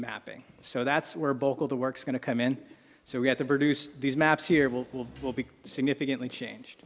mapping so that's where bogle the work's going to come in so we have to produce these maps here will will will be significantly changed